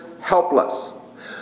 helpless